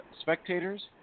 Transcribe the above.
spectators